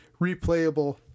replayable